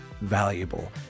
valuable